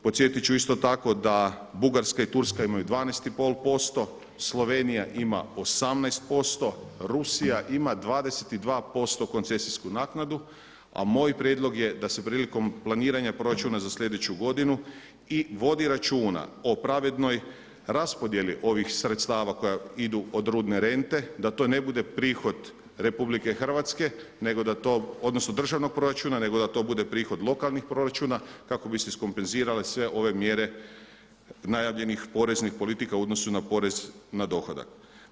Podsjetit ću isto tako da Bugarska i Turska imaju 12,5%, Slovenija ima 18%, Rusija ima 22% koncesijsku naknadu a moj prijedlog je da se prilikom planiranja proračuna za slijedeću godinu i vodi računa o pravednoj raspodjeli ovih sredstva koja idu od rudne rente, da to ne bude prihod RH, odnosno državnog proračuna nego da to bude prihod lokalnih proračuna kako bi se iskompenzirale sve ove mjere najavljenih poreznih politika u odnosu na porez na dohodak.